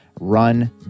run